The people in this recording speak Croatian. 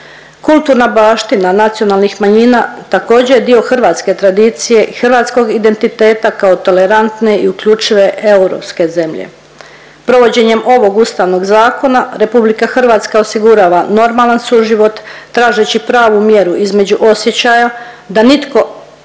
Kulturna baština nacionalnih manjina također je dio hrvatske tradicije i hrvatskog identiteta kao tolerantne i uključive europske zemlje. Provođenjem ovog Ustavnog zakona RH osigurava normalan suživot tražeći pravu mjeru između osjećaja da nitko,